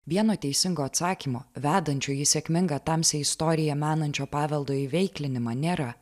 vieno teisingo atsakymo vedančio į sėkmingą tamsią istoriją menančio paveldo įveiklinimą nėra